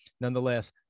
nonetheless